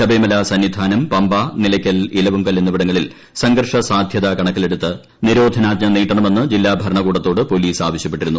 ശബരിമല സന്നിധാനം പമ്പ നിലയ്ക്കൽ ഇലവുങ്കൽ പുഎന്നിവിടങ്ങളിൽ സംഘർഷ സാധൃത കണക്കിലെടുത്ത് നിരോധ്നാജ്ഞ നീട്ടണമെന്ന് ജില്ലാ ഭരണകൂടത്തോട് പോലീസ് ആവശ്യപ്പെട്ടിരുന്നു